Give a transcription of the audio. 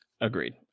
Agreed